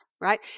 right